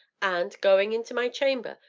and, going into my chamber,